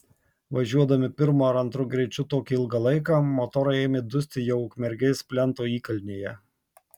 važiuodami pirmu ar antru greičiu tokį ilgą laiką motorai ėmė dusti jau ukmergės plento įkalnėje